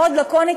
מאוד לקונית,